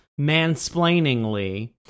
mansplainingly